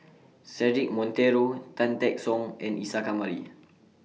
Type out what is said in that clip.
Cedric Monteiro Tan Teck Soon and Isa Kamari